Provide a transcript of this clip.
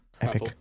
epic